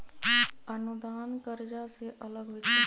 अनुदान कर्जा से अलग होइ छै